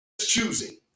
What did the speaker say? choosing